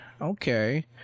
Okay